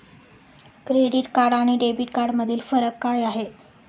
Credit card आणि debit कार्डमधील फरक काय आहे?